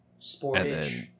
Sportage